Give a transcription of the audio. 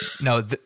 no